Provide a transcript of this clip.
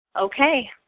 okay